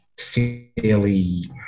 fairly